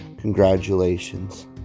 Congratulations